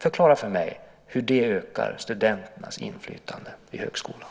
Förklara för mig hur det ökar studenternas inflytande i högskolan.